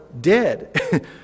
dead